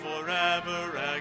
forever